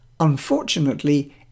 Unfortunately